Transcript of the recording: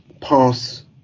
pass